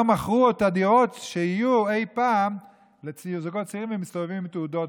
מכרו את הדירות שיהיו אי פעם לזוגות צעירים,